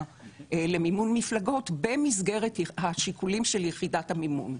למימון מפלגות במסגרת השיקולים של יחידת המימון,